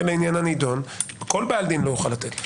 לעניין הנדון כל בעל דין לא יוכל לתת.